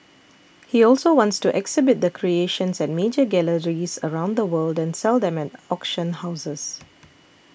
he also wants to exhibit the creations at major galleries around the world and sell them auction houses